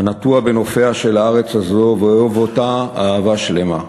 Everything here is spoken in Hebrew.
הנטוע בנופיה של הארץ הזאת ואוהב אותה אהבה שלמה,